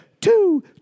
two